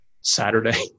Saturday